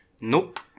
Nope